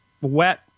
wet